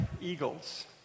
eagles